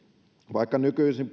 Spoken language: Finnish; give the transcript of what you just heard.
vaikka nykyisin